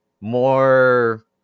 more